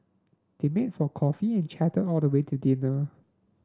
they met for coffee and chatted all the way till dinner